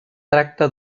tracta